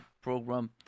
program